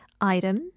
item